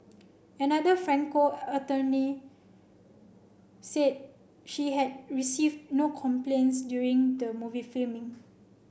another Franco attorney said she had received no complaints during the movie filming